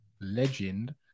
legend